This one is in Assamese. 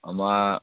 আমাৰ